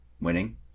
winning